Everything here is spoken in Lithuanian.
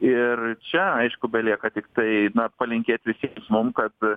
ir čia aišku belieka tiktai palinkėt visiems mum kad